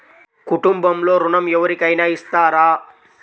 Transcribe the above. కుటుంబంలో ఋణం ఎవరికైనా ఇస్తారా?